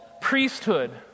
priesthood